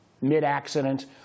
mid-accident